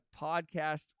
podcast